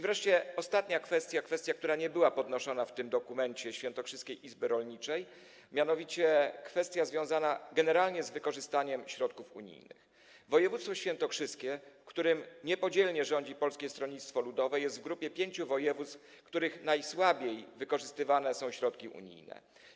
Wreszcie ostatnia kwestia, która nie była podnoszona w dokumencie Świętokrzyskiej Izby Rolniczej, związana generalnie z wykorzystaniem środków unijnych - województwo świętokrzyskie, w którym niepodzielnie rządzi Polskie Stronnictwo Ludowe, jest w grupie pięciu województw, w których najsłabiej wykorzystywane są środki unijne.